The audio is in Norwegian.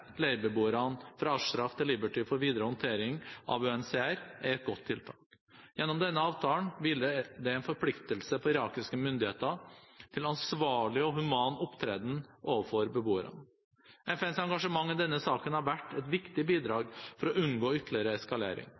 fra Ashraf til Liberty for videre håndtering av UNHCR, er et godt tiltak. Gjennom denne avtalen hviler det en forpliktelse på irakiske myndigheter til ansvarlig og human opptreden overfor beboerne. FNs engasjement i denne saken har vært et viktig bidrag for å unngå ytterligere eskalering.